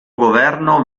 governo